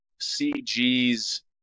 CG's